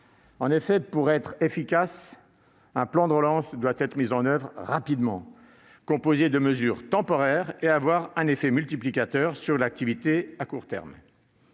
En effet, pour être efficace, un plan de relance doit être mis en oeuvre rapidement, composé de mesures temporaires et avoir un fort effet multiplicateur sur l'activité à court terme.